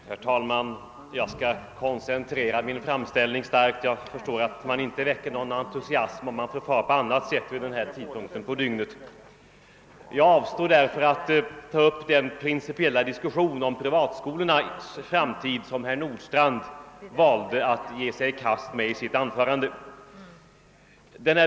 Herr talman! Jag skall koncentrera min framställning starkt. Jag förstår att man inte väcker någon entusiasm, om man förfar på annat sätt vid den här tidpunkten på dygnet. Jag avstår därför från att ta upp den principiella diskussion om privatskolornas framtid som herr Nordstrandh valde att ge sig i kast med i sitt anförande.